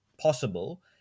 possible